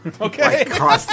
Okay